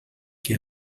que